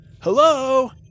Hello